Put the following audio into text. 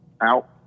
out